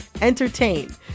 entertain